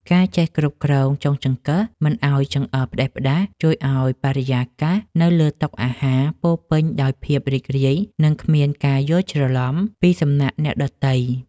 ការចេះគ្រប់គ្រងចុងចង្កឹះមិនឱ្យចង្អុលផ្តេសផ្តាសជួយឱ្យបរិយាកាសនៅលើតុអាហារពោរពេញដោយភាពរីករាយនិងគ្មានការយល់ច្រឡំពីសំណាក់អ្នកដទៃ។